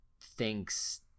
thinks